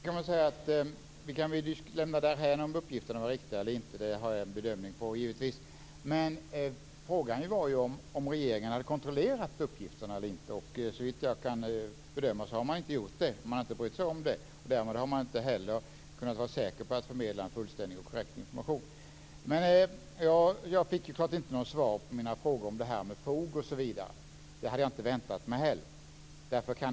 Fru talman! Vi kan lämna diskussionen om uppgifterna var riktiga eller inte därhän. Det gör jag givetvis en bedömning av. Frågan är om regeringen hade kontrollerat uppgifterna eller inte. Såvitt jag kan bedöma har man inte gjort det. Man har inte brytt sig om det, och därmed har man inte heller kunnat vara säker på att man förmedlat en fullständig och korrekt information. Jag fick så klart inte något svar på mina frågor om fog, osv. Det hade jag heller inte väntat mig.